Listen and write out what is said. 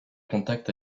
contact